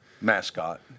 Mascot